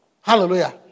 Hallelujah